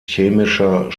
chemischer